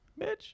bitch